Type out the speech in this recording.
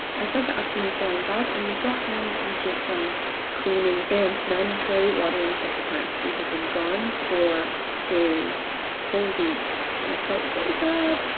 i spent the afternoon flying back and we got home there was just some cleaning and mandatory watering of the plants. we had been gone for a whole week and i felt so bad.